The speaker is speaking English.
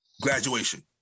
graduation